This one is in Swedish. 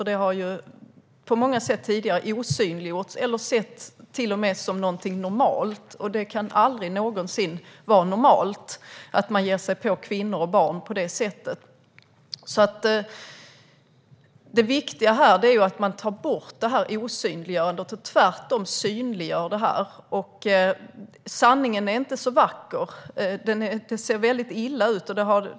Tidigare har det på många sätt osynliggjorts eller till och med setts som någonting normalt. Men det kan aldrig någonsin vara normalt att man ger sig på kvinnor och barn på det sättet. Det viktiga här är alltså att man tar bort osynliggörandet av detta och tvärtom synliggör det. Sanningen är inte så vacker. Det ser mycket illa ut.